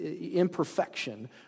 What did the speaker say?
imperfection